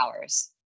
hours